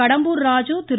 Kadambur Raju Thiru